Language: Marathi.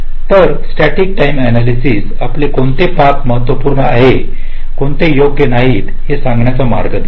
तर स्टॅटिक टाईमिंग अनालयसिस आपल्याला कोणते पथ महत्वपूर्ण आहेत आणि कोणते योग्य नाहीत हे सांगण्याचा मार्ग देईल